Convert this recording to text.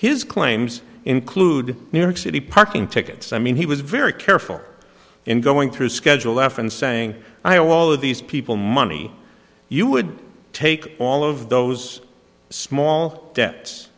his claims include new york city parking tickets i mean he was very careful in going through schedule left and saying i all of these people money you would take all of those small debts